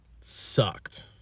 sucked